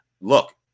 Look